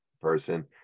person